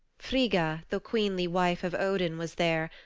frigga, the queenly wife of odin, was there,